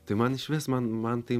tai man išvis man man tai